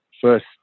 first